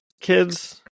kids